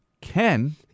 Ken